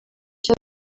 cya